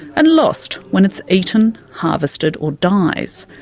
and lost when it's eaten, harvested or dies.